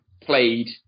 played